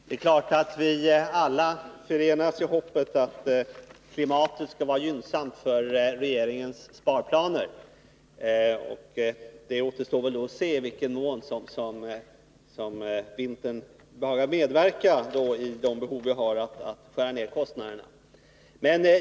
Herr talman! Det är klart att vi alla förenas i hoppet att klimatet skall vara gynnsamt för regeringens sparplaner. Det återstår väl att se i vilken mån vintern behagar medverka i fråga om de behov vi har av att skära ned kostnaderna.